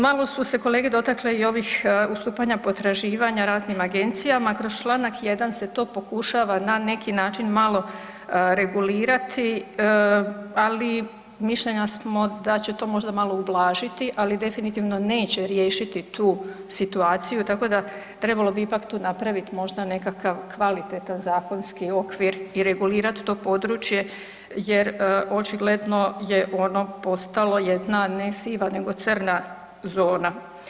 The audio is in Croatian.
Malo su se kolege dotakle i ovih ustupanja potraživanja raznim agencijama kroz Članak 1. se to pokušava na neki način malo regulirati, ali mišljenja smo da će to možda malo ublažiti ali definitivno neće riješiti tu situaciju, tako da trebalo bi tu ipak napraviti možda nekakav kvalitetan zakonski okvir i regulirati to područje jer očigledno je ono postalo jedna ne siva nego crna zona.